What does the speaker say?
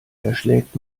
erschlägt